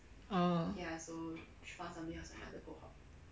orh